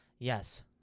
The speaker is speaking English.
Yes